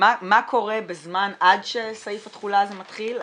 מה קורה בזמן עד שסעיף התחולה הזה מתחיל,